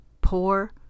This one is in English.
poor